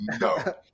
no